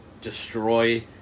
destroy